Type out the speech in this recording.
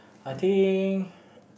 I think